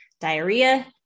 diarrhea